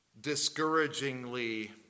discouragingly